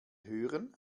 hören